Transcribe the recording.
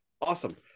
awesome